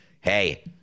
hey